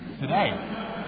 today